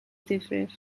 ddifrif